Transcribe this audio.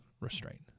restraint